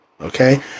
Okay